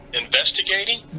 investigating